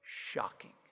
shocking